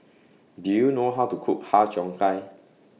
Do YOU know How to Cook Har Cheong Gai